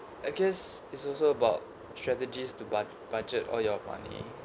I guess it's also about strategies to bud~ budget all your money